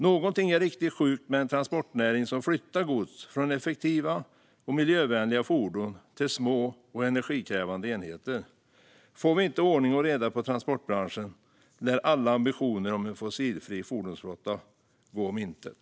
Någonting är riktigt sjukt med en transportnäring som flyttar gods från effektiva och miljövänliga fordon till små och energikrävande enheter. Får vi inte ordning och reda i transportbranschen lär alla ambitioner om en fossilfri fordonsflotta gå om intet.